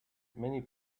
many